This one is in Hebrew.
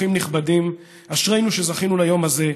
אורחים נכבדים, אשרינו שזכינו ליום הזה,